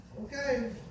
okay